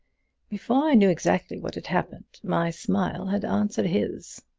before i knew exactly what had happened, my smile had answered his.